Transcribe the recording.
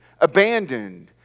abandoned